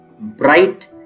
bright